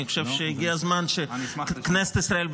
אני חושב שהגיע הזמן שכנסת ישראל,